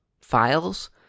files